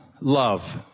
love